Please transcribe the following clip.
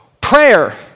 prayer